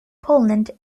poland